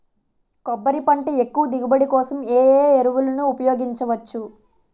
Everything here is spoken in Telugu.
కొబ్బరి పంట ఎక్కువ దిగుబడి కోసం ఏ ఏ ఎరువులను ఉపయోగించచ్చు?